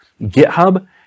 GitHub